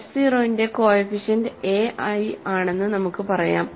f 0 ന്റെ coefficient a i ആണെന്ന് നമുക്ക് പറയാം